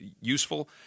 useful